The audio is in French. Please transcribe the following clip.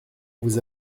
vous